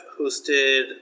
hosted